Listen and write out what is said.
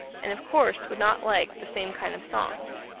and of course would not like the same kind of songs.